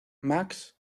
max